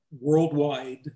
worldwide